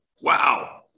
wow